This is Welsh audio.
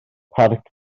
parc